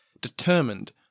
determined